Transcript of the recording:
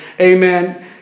Amen